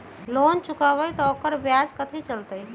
Loan चुकबई त ओकर ब्याज कथि चलतई?